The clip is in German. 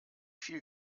viel